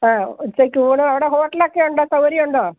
ആ ഉച്ചക്ക് ഊണ് അവിടെ ഹോട്ടലൊക്കെ ഉണ്ടോ സൗകര്യം ഉണ്ടോ